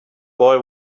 boy